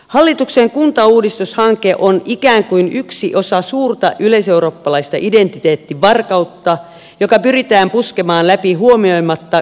hallituksen kuntauudistushanke on ikään kuin yksi osa suurta yleiseurooppalaista identiteettivarkautta joka pyritään puskemaan läpi huomioimatta kansan mielipidettä